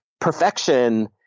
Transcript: perfection